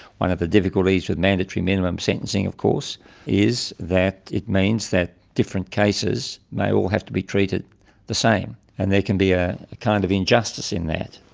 one of the difficulties with mandatory minimum sentencing of course is that it means that different cases may all have to be treated the same. and there can be a kind of injustice in that.